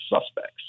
suspects